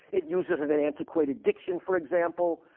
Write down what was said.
it uses and an antiquated diction, for example.